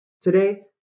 today